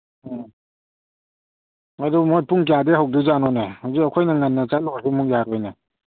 ꯑꯣ ꯑꯗꯨ ꯃꯣꯏ ꯄꯨꯡ ꯀꯌꯥꯗꯒꯤ ꯍꯧꯗꯣꯏꯖꯥꯠꯅꯣꯅꯦ ꯍꯧꯖꯤꯛ ꯑꯩꯈꯣꯏꯅ ꯉꯟꯅ ꯆꯠꯂꯨꯔꯁꯨ ꯑꯃꯨꯛ ꯌꯥꯔꯣꯏꯅꯦ